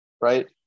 right